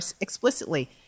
explicitly